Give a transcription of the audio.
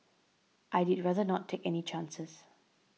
I did rather not take any chances